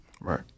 right